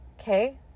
Okay